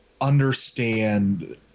understand